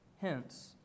Hence